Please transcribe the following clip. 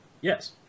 Yes